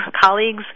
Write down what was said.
colleagues